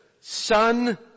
Son